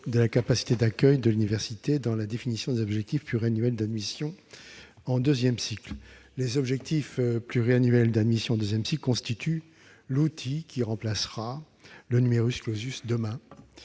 de la capacité d'accueil de l'université dans la définition des objectifs pluriannuels d'admission en deuxième cycle. Les objectifs pluriannuels d'admission en deuxième cycle constituent l'outil qui remplacera demain le. Ils doivent